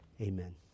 Amen